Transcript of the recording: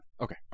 Okay